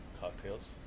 Cocktails